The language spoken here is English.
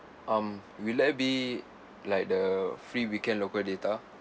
um will that be like the free weekend local data